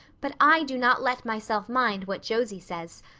but i do not let myself mind what josie says.